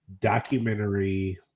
documentary